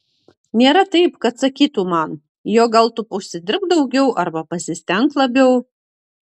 nėra taip kad sakytų man jog gal tu užsidirbk daugiau arba pasistenk labiau